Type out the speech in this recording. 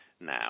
now